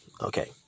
Okay